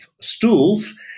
stools